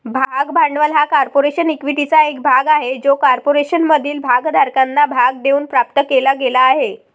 भाग भांडवल हा कॉर्पोरेशन इक्विटीचा एक भाग आहे जो कॉर्पोरेशनमधील भागधारकांना भाग देऊन प्राप्त केला गेला आहे